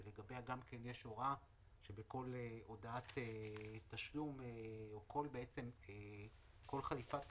שלגביה גם כן יש שורה שבכל הודעת תשלום או בעצם כל חליפת